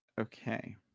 Okay